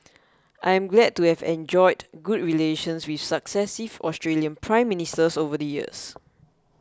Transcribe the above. I am glad to have enjoyed good relations with successive Australian Prime Ministers over the years